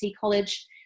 college